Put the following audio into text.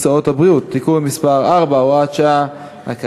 ותועבר להמשך דיון בוועדת הכלכלה.